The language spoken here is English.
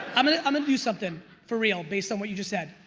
i'm gonna i'm gonna do something for real based on what you just said.